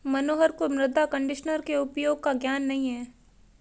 मनोहर को मृदा कंडीशनर के उपयोग का ज्ञान नहीं है